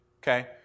Okay